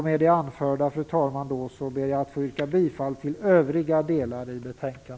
Med det anförda yrkar jag bifall till övriga delar av hemställan.